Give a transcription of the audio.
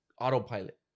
autopilot